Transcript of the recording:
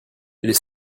les